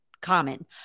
common